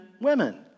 women